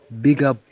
bigger